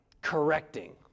correcting